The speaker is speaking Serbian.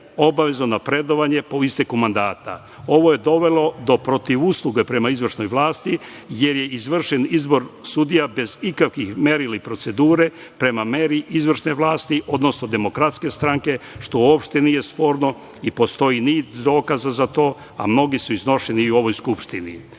obavezno napredovanje po isteku mandata. Ovo je dovelo do protivusluge prema izvršnoj vlasti, jer je izvršen izbor sudija bez ikakvih merila i procedure, prema meri izvršne vlasti, odnosno Demokratske stranke, što uopšte nije sporno i postoji niz dokaza za to, a mnogi su iznošeni i u ovoj Skupštini. Analizom